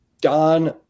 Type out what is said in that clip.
Don